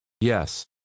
Yes